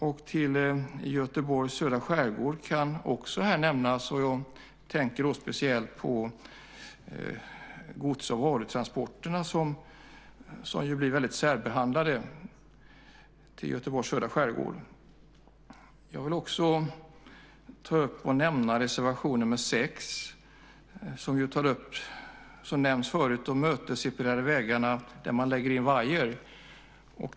Trafiken i Göteborgs södra skärgård kan också nämnas här, och jag tänker då speciellt på gods och varutransporterna till Göteborgs södra skärgård som är väldigt särbehandlade. Jag vill också ta upp reservation nr 6 från Moderaterna, Folkpartiet och Kristdemokraterna som handlar om de mötesseparerade vägarna med vajerräcken.